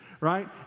right